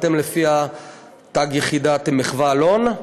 אתם, לפי התג יחידה, אתם מחו"ה אלון?